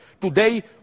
Today